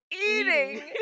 Eating